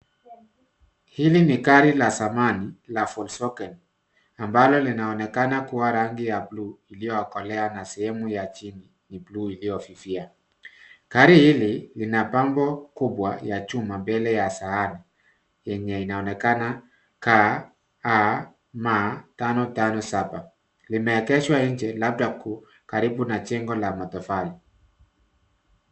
Hili ni gari la zamani la Volkswagen, ambalo linaonekana kuwa rangi ya buluu iliyokolea na sehemu ya chini ni buluu iliyofifia. Gari hili lina bango kubwa ya chuma, mbele ya sahani, yenye inaonekana KAM 557. Limeegeshwa nje labda karibu na jengo la matofali.